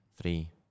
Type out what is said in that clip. three